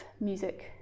music